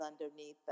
underneath